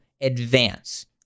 advance